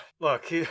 look